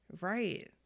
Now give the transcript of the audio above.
Right